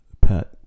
pet